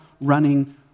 running